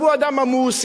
הוא אדם עמוס,